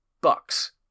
bucks